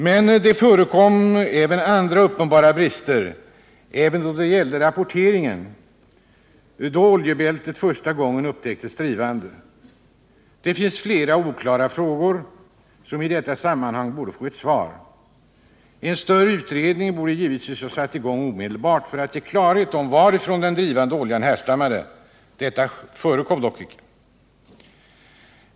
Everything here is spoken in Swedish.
Men det förekom uppenbara brister även då det gällde rapporteringen, då oljebältet första gången upptäcktes drivande. Det finns flera oklara frågor som i detta sammanhang borde få svar. En större utredning borde givetvis ha satts igång omedelbart för att ge klarhet om varifrån den drivande oljan härstammade. Någon sådan gjordes dock inte.